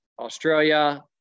Australia